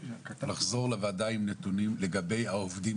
לחזור לוועדה עם נתונים לגבי העובדים,